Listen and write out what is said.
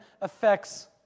affects